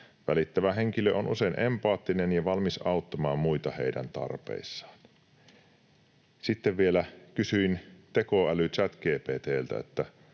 Välittävä henkilö on usein empaattinen ja valmis auttamaan muita heidän tarpeissaan.” Sitten vielä kysyin tekoäly ChatGPT:ltä,